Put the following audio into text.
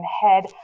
head